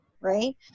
right